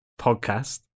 podcast